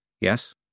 Yes